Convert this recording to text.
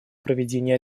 проведении